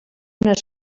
una